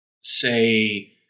say